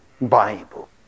Bible